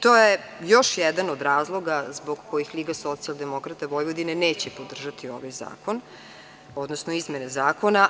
To je još jedan od razloga zbog kojih LSV neće podržati ovaj zakon, odnosno izmene zakona.